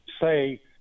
say